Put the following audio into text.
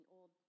old